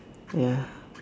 ya